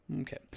Okay